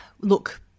Look